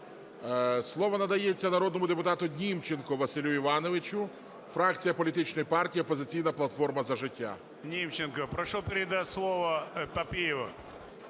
Слово надається народному депутату Німченку Василю Івановичу, фракція політичної партії "Опозиційна платформа – За життя".